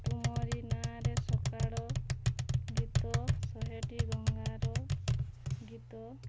ତୁମରି ନାଁରେ ସକାଳ ଗୀତ ଶହେଟି ଗଙ୍ଗାର ଗୀତ